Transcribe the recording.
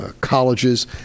colleges